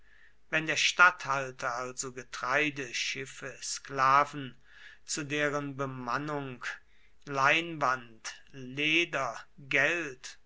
wenn der statthalter also getreide schiffe sklaven zu deren bemannung leinwand leder geld